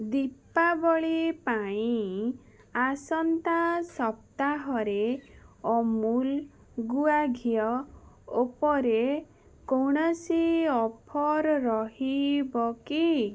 ଦୀପାବଳି ପାଇଁ ଆସନ୍ତା ସପ୍ତାହରେ ଅମୁଲ୍ ଗୁଆଘିଅ ଉପରେ କୌଣସି ଅଫର୍ ରହିବ କି